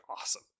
awesome